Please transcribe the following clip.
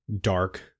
dark